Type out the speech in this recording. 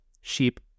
sheep